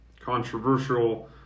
controversial